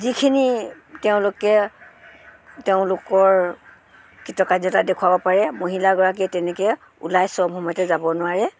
যিখিনি তেওঁলোকে তেওঁলোকৰ কৃতকাৰ্যতা দেখুৱাব পাৰে মহিলাগৰাকীয়ে তেনেকৈ ওলাই চব সময়তে যাব নোৱাৰে